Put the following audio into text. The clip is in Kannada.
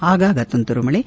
ಆಗಾಗ ತುಂತುರು ಮಳೆ